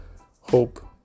Hope